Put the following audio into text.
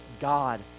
God